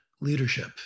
leadership